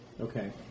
Okay